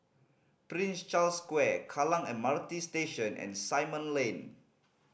Prince Charles Square Kallang M R T Station and Simon Lane